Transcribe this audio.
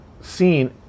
seen